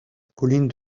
colline